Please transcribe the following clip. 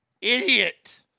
Idiot